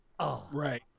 Right